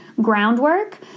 groundwork